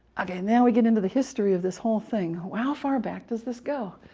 ok, now we get into the history of this whole thing. how ah far back does this go?